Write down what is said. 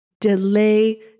delay